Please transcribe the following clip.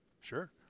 Sure